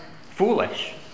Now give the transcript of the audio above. foolish